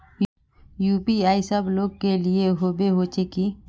UPI सब लोग के लिए होबे होचे की?